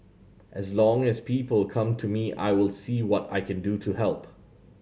as long as people come to me I will see what I can do to help